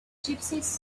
gypsies